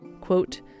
quote